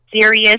serious